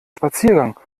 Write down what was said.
spaziergang